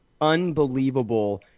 Unbelievable